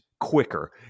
Quicker